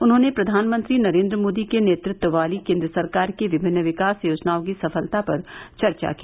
उन्होंने प्रधानमंत्री नरेन्द्र मोदी के नेतृत्व वाली केन्द्र सरकार की विभिन्न विकास योजनाओं की सफलता पर चर्चा की